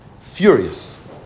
Furious